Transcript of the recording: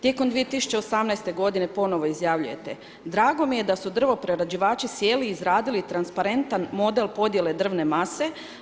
Tijekom 2018.godine ponovo izjavljujete: Drago mi je da su drvoprerađivači sjeli i izradili transparentan model podjele drvne mase.